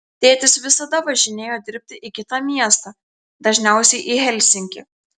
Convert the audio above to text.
tėtis visada važinėjo dirbti į kitą miestą dažniausiai į helsinkį